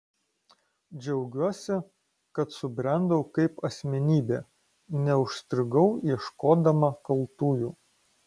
džiaugiuosi kad subrendau kaip asmenybė neužstrigau ieškodama kaltųjų